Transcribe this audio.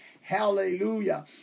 Hallelujah